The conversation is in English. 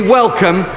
welcome